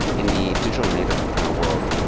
in the digital native ah world,